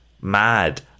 mad